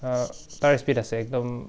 তাৰ স্পীড আছে একদম